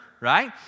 Right